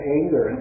anger